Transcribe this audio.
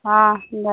অঁ দে